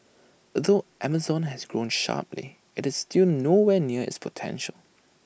although Amazon has grown sharply IT is still nowhere near its potential